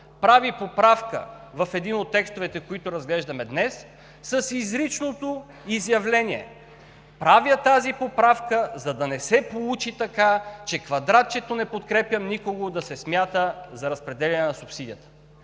прави поправка в един от текстовете, които разглеждаме днес, с изричното изявление: „Правя тази поправка, за да не се получи така, че квадратчето „Не подкрепям никого“ да се смята за разпределяне на субсидията“.